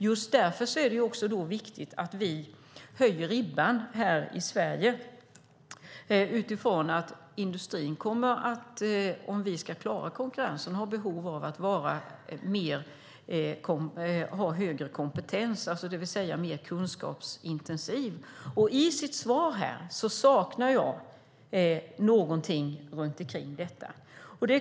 Just därför är det viktigt att vi höjer ribban här i Sverige eftersom industrin, om vi ska klara konkurrensen, har behov av högre kompetens, det vill säga att den behöver vara mer kunskapsintensiv. I svaret saknar jag någonting om detta.